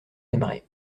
aimeraient